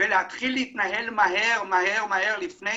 ולהתחיל להתנהל מהר מהר לפני